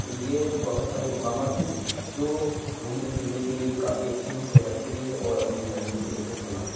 یہ بہت سارے مقامات ہیں جو گھومنے پھرنے کے لیے کافی اچّھے ہیں صحت کے لیے اور اپنے زائرین کو دلچسپ بناتے ہیں